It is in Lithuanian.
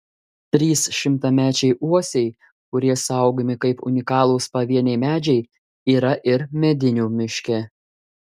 trys šimtamečiai uosiai kurie saugomi kaip unikalūs pavieniai medžiai yra ir medinių miške